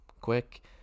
quick